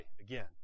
again